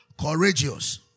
Courageous